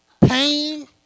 pain